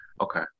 Okay